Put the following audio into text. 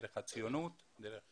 דרך הציונות, דרך